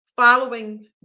following